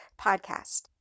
Podcast